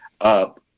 up